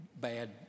bad